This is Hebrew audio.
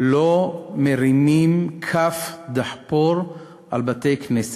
לא מרימים כף דחפור על בתי-כנסת,